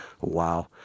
Wow